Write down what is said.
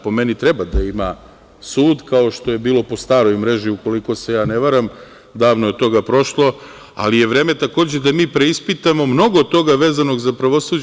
Po meni treba da ima sud, kao što je bilo po staroj mreži, ukoliko se ja ne varam, davno je od toga prošlo, ali je vreme takođe da mi preispitamo mnogo toga vezanog za pravosuđe.